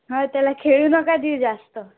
हा त्याला खेळू नका देऊ जास्त